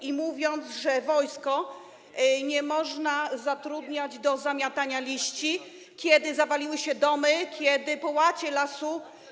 i mówiąc, że wojska nie można zatrudniać do zamiatania liści, kiedy zawaliły się domy, kiedy leżały połacie lasu.